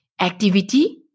activity